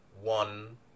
one